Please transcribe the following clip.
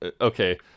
okay